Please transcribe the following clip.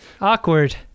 Awkward